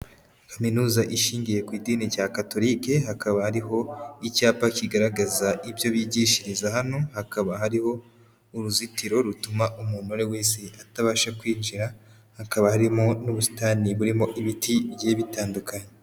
Kaminuza ishingiye ku idini rya katolike hakaba hariho icyapa kigaragaza ibyo bigishiriza hano, hakaba hariho uruzitiro rutuma umuntu uwo ariwe wese atabasha kwinjira, hakaba harimo n'ubusitani burimo ibiti bigiye bitandukanye.